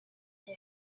qui